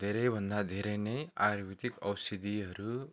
धेराभन्दा धेरै नै आयुर्वेदिक औषधीहरू